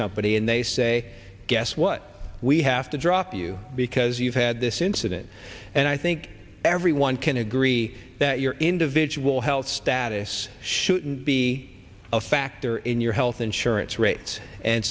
company and they say guess what we have to drop you because you've had this incident and i think everyone can agree that your individual health status shouldn't be a factor in your health insurance rates and